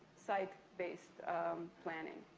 sight-based planning.